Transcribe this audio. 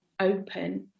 open